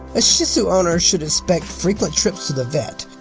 a shih tzu owner should expect frequent trips to the vet,